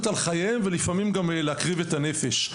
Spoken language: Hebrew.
על חייהם ולפעמים גם להקריב את הנפש.